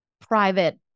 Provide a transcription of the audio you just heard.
private